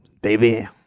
baby